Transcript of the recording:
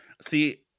See